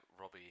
Robbie